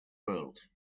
world